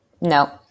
No